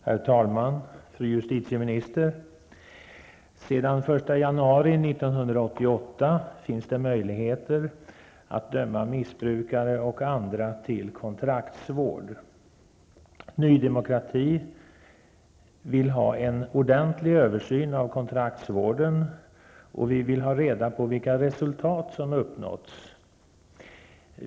Herr talman! Fru justitieminister! Sedan den 1 januari 1988 finns möjligheter att döma missbrukare och andra till kontraksvård. Ny Demokrati vill ha en ordentlig översyn av kontraktsvården, och vi vill ha reda på vilka resultat som uppnåtts.